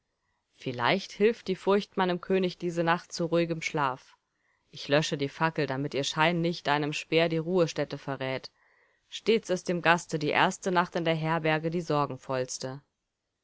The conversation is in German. vielleicht hilft die furcht meinem könig diese nacht zu ruhigem schlaf ich lösche die fackel damit ihr schein nicht einem speer die ruhestätte verrät stets ist dem gaste die erste nacht in der herberge die